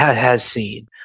has seen.